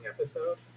episode